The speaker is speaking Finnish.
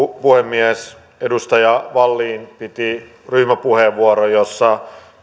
puhemies edustaja wallin piti ryhmäpuheenvuoron jossa